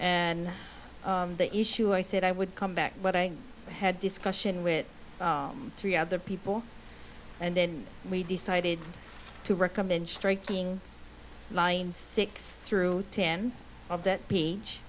and the issue i said i would come back but i had discussion with three other people and then we decided to recommend striking lines six through ten of that